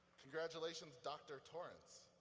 congratulations, doctor torrence.